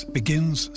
begins